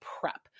prep